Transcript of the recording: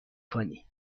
کنی